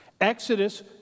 Exodus